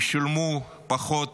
ישולמו פחות